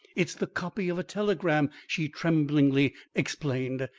it's the copy of a telegram, she tremblingly explained,